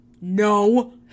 No